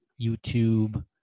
YouTube